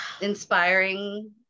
inspiring